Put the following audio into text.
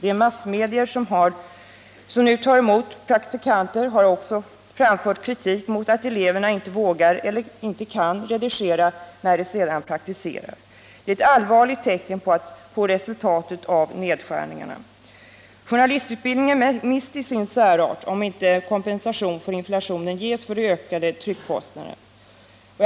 De massmedier som nu tar emot praktikanter har också framfört kritik mot att eleverna inte vågar eller inte kan redigera när de sedan praktiserar. Detta är ett allvarligt tecken på resultatet av nedskärningarna. Journalistutbildningen mister sin särart om inte kompensation för inflationen ges då de ökade tryckkostnaderna skall täckas.